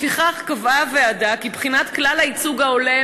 לפיכך קבעה הוועדה כי בחינת כלל הייצוג ההולם